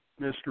Mr